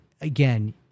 again